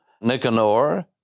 Nicanor